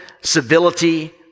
civility